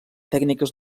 tècniques